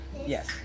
yes